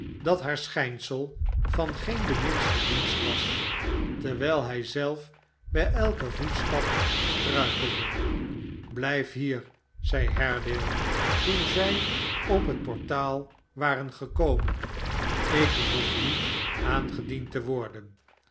dat haar schijnsel van geen den minsten dienst was terwijl hij zelf bij elken voetstap struikelde blijf hier zeide haredale toen zij op het portaal waren gekomen ik behoef niet aangediend te worden